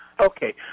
okay